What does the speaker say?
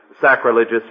sacrilegious